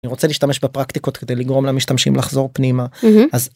אני רוצה להשתמש בפרקטיקות כדי לגרום למשתמשים לחזור פנימה.